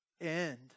end